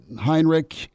Heinrich